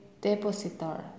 depositor